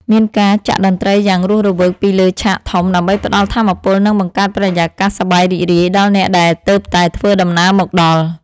មានការចាក់តន្ត្រីយ៉ាងរស់រវើកពីលើឆាកធំ ដើម្បីផ្ដល់ថាមពល និងបង្កើតបរិយាកាសសប្បាយរីករាយដល់អ្នកដែលទើបតែធ្វើដំណើរមកដល់។